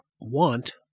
want